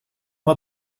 har